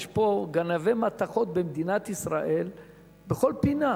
יש פה גנבי מתכות במדינת ישראל בכל פינה.